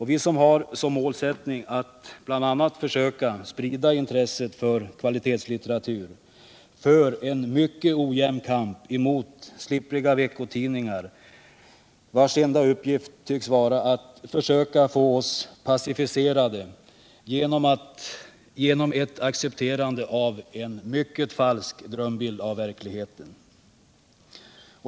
Vi som har som målsättning att bl.a. försöka sprida intresset för kvalitetslitteratur för en mycket ojämn kamp mot slippriga veckotidningar vilkas enda uppgift tycks vara att försöka få oss passiviserade genom ett accepterande av en mycket falsk drömbild av verkligheten.